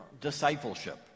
discipleship